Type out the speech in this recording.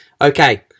Okay